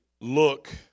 look